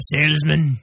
Salesman